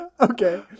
okay